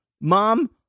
Mom